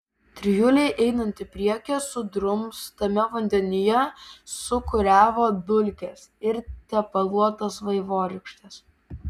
trijulei einant į priekį sudrumstame vandenyje sūkuriavo dulkės ir tepaluotos vaivorykštės